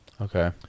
Okay